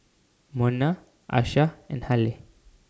Monna Asha and Halle